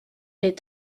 est